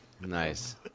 Nice